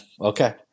Okay